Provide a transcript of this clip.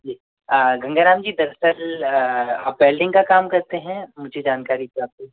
गंगा राम जी दरअसल आप बेल्डिंग का काम करते है मुझे जानकारी प्राप्त हुई